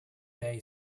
day